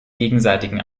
gegenseitigen